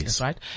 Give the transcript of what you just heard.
right